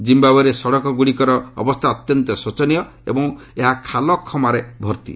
ଜିୟାଓ୍ବେରେ ସଡ଼କଗୁଡ଼ିକର ଅବସ୍ଥା ଅତ୍ୟନ୍ତ ଶୋଚନୀୟ ଏବଂ ଏହା ଖାଲଖମାରେ ଭର୍ତି